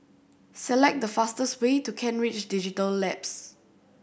select the fastest way to Kent Ridge Digital Labs